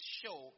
show